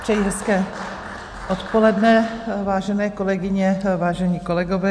Přeji hezké odpoledne, vážené kolegyně, vážení kolegové.